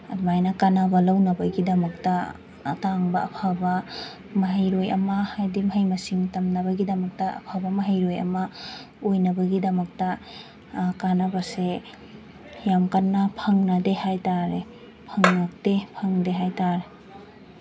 ꯑꯗꯨꯃꯥꯏꯅ ꯀꯥꯅꯕ ꯂꯧꯅꯕꯒꯤꯗꯃꯛꯇ ꯑꯇꯥꯡꯕ ꯑꯐꯕ ꯃꯍꯩꯔꯣꯏ ꯑꯃ ꯍꯥꯏꯗꯤ ꯃꯍꯩ ꯃꯁꯤꯡ ꯇꯝꯅꯕꯒꯤꯗꯃꯛꯇ ꯑꯐꯕ ꯃꯍꯩꯔꯣꯏ ꯑꯃ ꯑꯣꯏꯅꯕꯒꯤꯗꯃꯛꯇ ꯀꯥꯅꯕꯁꯦ ꯌꯥꯝ ꯀꯟꯅ ꯐꯪꯅꯗꯦ ꯍꯥꯏ ꯇꯥꯔꯦ ꯐꯪꯉꯛꯇꯦ ꯐꯪꯗꯦ ꯍꯥꯏ ꯇꯥꯔꯦ